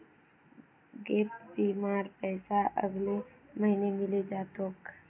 gap बीमार पैसा अगले महीने मिले जा तोक